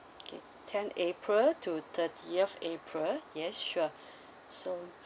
okay tenth april to thirtieth april yes sure so